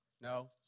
No